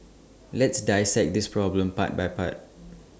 let's dissect this problem part by part